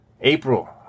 April